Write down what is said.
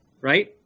right